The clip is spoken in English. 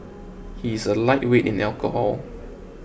he is a lightweight in alcohol